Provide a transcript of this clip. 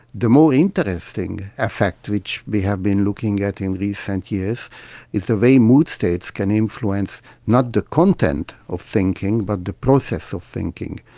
the more interesting effect which we have been looking at in recent years is the way mood states can influence not the content of thinking but the process of thinking,